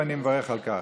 ואני מברך על כך.